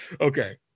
Okay